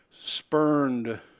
spurned